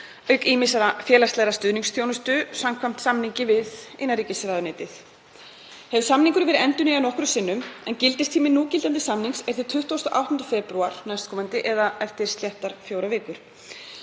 auk ýmissar félagslegrar stuðningsþjónustu samkvæmt samningi við innanríkisráðuneytið. Hefur samningurinn verið endurnýjaður nokkrum sinnum en gildistími núgildandi samnings er til 28. febrúar næstkomandi eða eftir sléttar fjórar vikur.